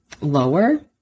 lower